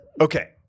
Okay